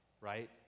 right